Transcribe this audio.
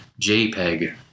JPEG